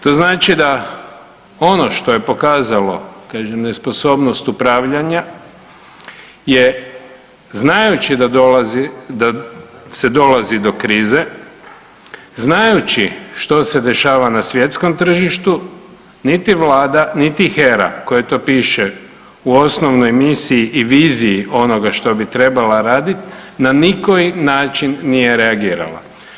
To znači da ono što je pokazalo, kažem nesposobnost upravljanja je znajući da dolazi, da se dolazi do krize, znajući što se dešava na svjetskom tržištu, niti vlada, niti HERA kojoj to piše u osnovnoj misiji i viziji onoga što bi trebala radit, na nikoji način nije reagirala.